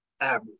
average